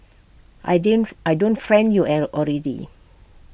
I did I don't friend you already